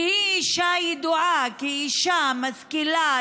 והיא אישה הידועה כאישה משכילה,